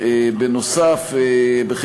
נוסף על כך,